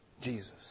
Jesus